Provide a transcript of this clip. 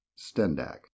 Stendak